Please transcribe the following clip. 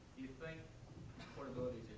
you think portability